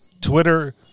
twitter